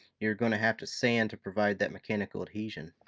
you're gonna have to sand to provide that mechanical adhesion.